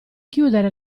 chiudere